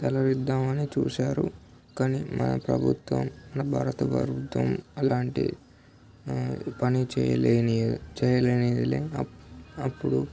తరలిద్దామని చూశారు కానీ మన ప్రభుత్వం మన భారత ప్రభుత్వం అలాంటి పని చేయలేని చేయలేనియలే అప్పుడు